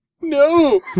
no